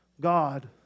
God